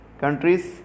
countries